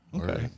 Okay